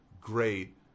great